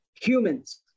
Humans